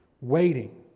waiting